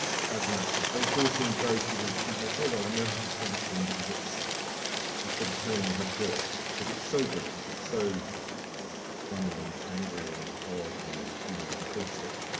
as an actor. it all seems very sort of, you think, oh, well, i know how to play the scene because it's it's sort of telling me how to do it. because it's so brilliant. it's so funny and angry and odd and you know caustic